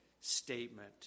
statement